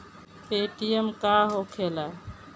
Paytm का होखेला?